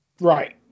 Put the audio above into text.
Right